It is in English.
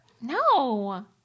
No